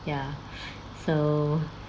ya so